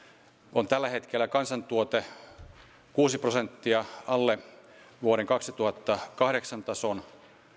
on tällä hetkellä kansantuote kuusi prosenttia alle vuoden kaksituhattakahdeksan tason